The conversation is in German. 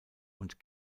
und